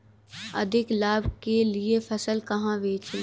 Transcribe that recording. अधिक लाभ के लिए फसल कहाँ बेचें?